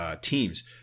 teams